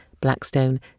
Blackstone